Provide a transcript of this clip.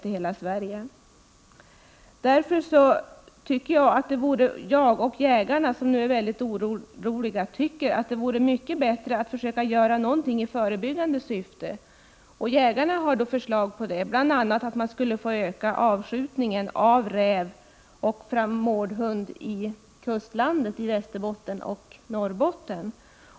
Jag tycker därför att det vore bättre att försöka göra någonting i förebyggande syfte. Jägarna, som nu är väldigt oroliga, är också av den åsikten. De har framfört förslag bl.a. om att man skulle få öka avskjutningen av räv och mårdhund i kustlandet i Västerbotten och Norrbotten.